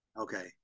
okay